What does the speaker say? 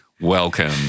Welcome